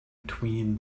between